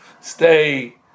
stay